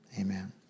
amen